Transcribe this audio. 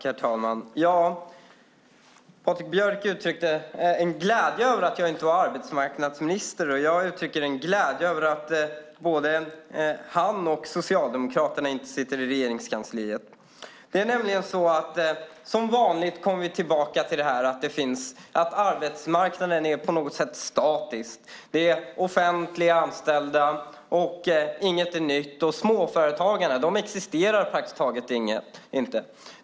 Herr talman! Patrik Björck uttryckte glädje över att jag inte var arbetsmarknadsminister. Jag uttrycker glädje över att varken han eller Socialdemokraterna sitter i Regeringskansliet. Som vanligt kommer ni, Patrik Björck, tillbaka till att arbetsmarknaden på något sätt skulle vara statisk. Det handlar om offentligt anställda. Inget är nytt. Småföretagarna existerar praktiskt taget inte.